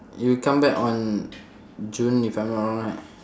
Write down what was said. you come back on june if I'm not wrong right